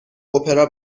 اپرا